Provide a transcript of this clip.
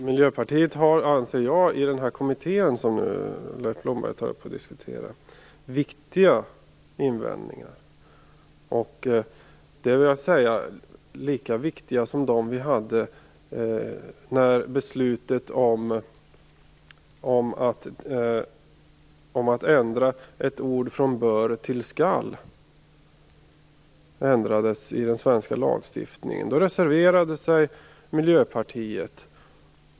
Fru talman! Miljöpartiet har kommit med viktiga invändningar i den Flyktingpolitiska kommittén - lika viktiga som dem vi hade när beslut fattades om att ändra ett ord från "bör" till "skall" i den svenska lagstiftningen. Då reservade sig Miljöpartiet.